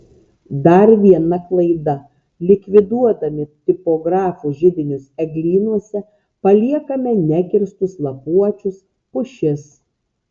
dar viena klaida likviduodami tipografų židinius eglynuose paliekame nekirstus lapuočius pušis